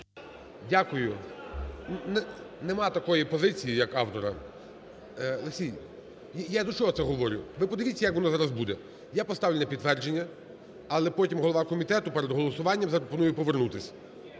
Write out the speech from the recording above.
Дякую. Немає такої позиції: як автора. Олексій, я до чого це говорю, ви подивіться, як воно зараз буде. Я поставлю з на підтвердження. Але потім голова комітету перед голосування запропонує повернутись.